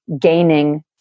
gaining